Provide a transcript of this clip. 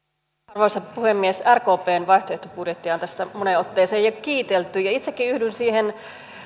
arvoisa puhemies rkpn vaihtoehtobudjettia on tässä moneen otteeseen jo kiitelty ja itsekin yhdyn siihen